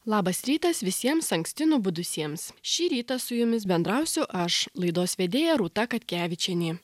labas rytas visiems anksti nubudusiems šį rytą su jumis bendrausiu aš laidos vedėja rūta katkevičienė